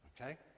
Okay